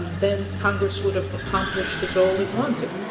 then congress would have accomplished the goal it wanted.